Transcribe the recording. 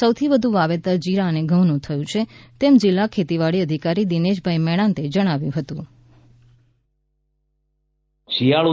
સૌથી વધુ વાવેતર જીરા અને ઘઉંનું થયું છે તેમ જિલ્લા ખેતીવાડી અઘિકારી દિનેશભાઈ મેણાતે જણાવ્યું હતું